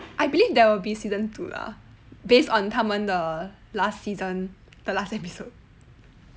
I believe there will be season two lah based on 他们的 last season the last episode